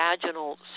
vaginal